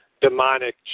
demonic